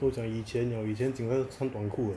都讲以前 liao 以前警察是穿短裤的